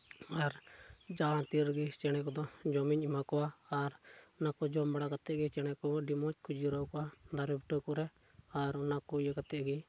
ᱟᱨ ᱡᱟᱦᱟᱸ ᱛᱤ ᱨᱮᱜᱮ ᱪᱮᱬᱮ ᱠᱚᱫᱚ ᱡᱚᱢᱤᱧ ᱮᱢᱟ ᱠᱚᱣᱟ ᱟᱨ ᱚᱱᱟ ᱠᱚ ᱡᱚᱢ ᱵᱟᱲᱟ ᱠᱟᱛᱮᱫ ᱜᱮ ᱪᱮᱬᱮ ᱠᱚ ᱟᱹᱰᱤ ᱢᱚᱡᱽ ᱠᱚ ᱡᱤᱨᱟᱹᱣ ᱠᱚᱜᱼᱟ ᱫᱟᱨᱮ ᱵᱩᱴᱟᱹ ᱠᱚᱨᱮᱫ ᱟᱨ ᱚᱱᱟ ᱠᱚ ᱤᱭᱟᱹ ᱠᱟᱛᱮᱫ ᱜᱮ